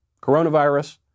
coronavirus